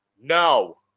No